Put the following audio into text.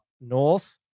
north